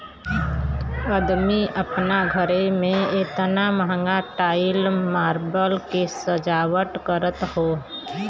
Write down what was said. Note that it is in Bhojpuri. अदमी आपन घरे मे एतना महंगा टाइल मार्बल के सजावट करत हौ